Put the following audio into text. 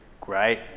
great